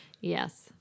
yes